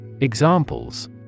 Examples